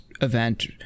event